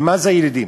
ומה זה הילידים?